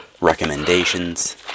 recommendations